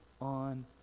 on